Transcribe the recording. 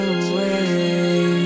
away